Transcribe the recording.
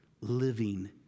living